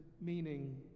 meaning